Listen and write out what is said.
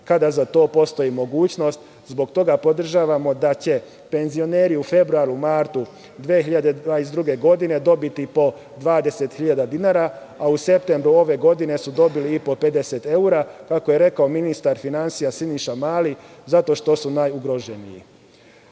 kada za to postoji mogućnost. Zbog toga podržavamo da će penzioneri u februaru, martu 2022. godine, dobiti po 20.000 dinara, a u septembru ove godine su dobili i po 50 evra, kako je rekao ministar finansija Siniša Mali - zato što su najugroženiji. Penzioneri